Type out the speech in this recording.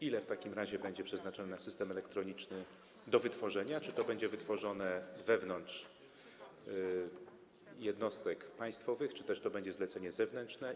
Ile w takim razie będzie przeznaczone na system elektroniczny, na wytworzenie, czy to będzie wytworzone wewnątrz jednostek państwowych, czy też to będzie zlecenie zewnętrzne?